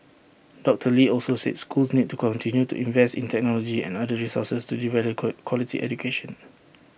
doctor lee also said schools need to continue to invest in technology and other resources to deliver quality education